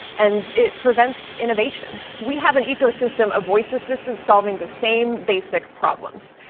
and it prevents innovation. we have an ecosystem of voice assistants solving the same basic problems.